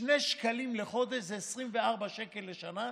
שני שקלים בחודש זה 24 שקל בשנה,